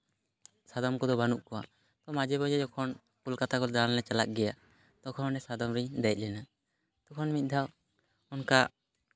ᱥᱟᱫᱚᱢ ᱠᱚᱫᱚ ᱵᱟᱹᱱᱩᱜ ᱠᱚᱣᱟ ᱢᱟᱡᱷᱮ ᱢᱟᱡᱷᱮ ᱡᱚᱠᱷᱚᱱ ᱠᱳᱞᱠᱟᱛᱟ ᱠᱚ ᱫᱟᱬᱟᱱ ᱞᱮ ᱪᱟᱞᱟᱜ ᱜᱮᱭᱟ ᱛᱚᱠᱷᱚᱱ ᱚᱱᱮ ᱥᱟᱫᱚᱢ ᱨᱤᱧ ᱫᱮᱡ ᱞᱮᱱᱟ ᱛᱚᱠᱷᱚᱱ ᱢᱤᱫ ᱫᱷᱟᱣ ᱚᱱᱠᱟ